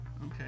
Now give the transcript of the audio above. Okay